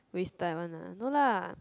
waste time one lah no lah